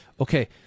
okay